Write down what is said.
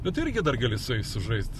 bet irgi dar gali su jais sužaist